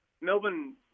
Melbourne